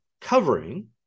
covering